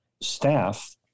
staff